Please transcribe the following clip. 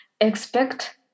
expect